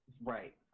Right